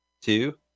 two